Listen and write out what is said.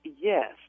Yes